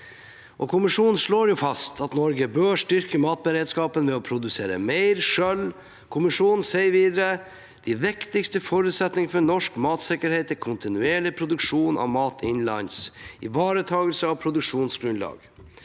Kommisjonen slår fast at Norge bør styrke matberedskapen ved å produsere mer selv. Kommisjonen sier videre: «De viktigste forutsetningene for norsk matsikkerhet er kontinuerlig produksjon av mat innenlands, ivaretakelse av produksjonsgrunnlaget